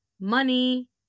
money